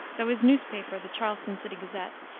though his newspaper, the charleston city gazette,